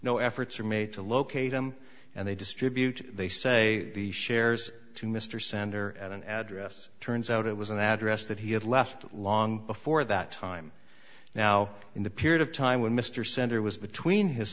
no efforts are made to locate him and they distribute they say the shares to mr sender at an address turns out it was an address that he had left long before that time now in the period of time when mr center was between his